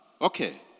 okay